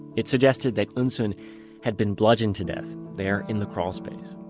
it suggested that eunsoon had been bludgeoned to death there in the crawlspace.